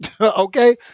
okay